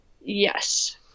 yes